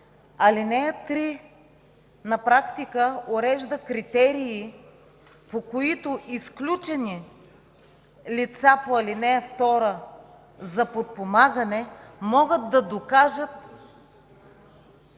Алинея 3 на практика урежда критерии, по които изключени лица по ал. 2 за подпомагане могат да докажат